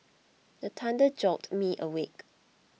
the thunder jolt me awake